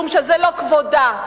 משום שזה לא כבודה,